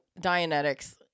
Dianetics